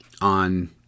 on